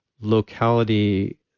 locality